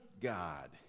God